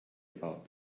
about